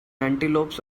antelopes